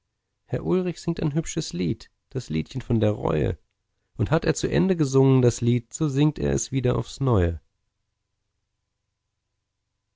herr ulrich singt ein hübsches lied das liedchen von der reue und hat er zu ende gesungen das lied so singt er es wieder aufs neue